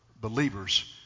believers